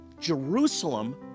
Jerusalem